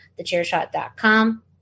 thechairshot.com